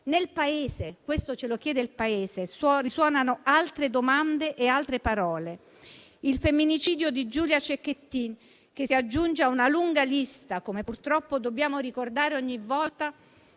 il Paese. Risuonano altre domande e altre parole. Il femminicidio di Giulia Cecchettin, che si aggiunge a una lunga lista (come purtroppo dobbiamo ricordare ogni volta),